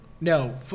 No